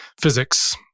physics